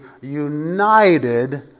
united